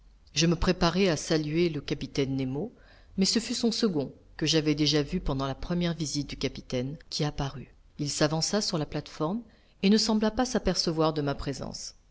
je me préparais à saluer le capitaine nemo mais ce fut son second que j'avais déjà vu pendant la première visite du capitaine qui apparut il s'avança sur la plate-forme et ne sembla pas s'apercevoir de ma présence